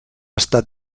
estat